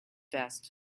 vest